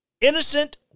innocent